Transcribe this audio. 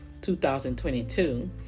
2022